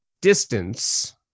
distance